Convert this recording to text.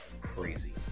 Crazy